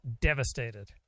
devastated